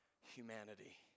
humanity